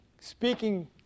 Speaking